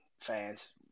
fans